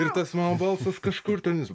ir tas mano balsas kažkur ten jis